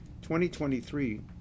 2023